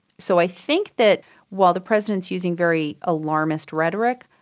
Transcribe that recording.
so i think that while the president is using very alarmist rhetoric,